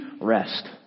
rest